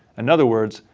in other words,